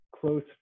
close